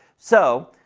so,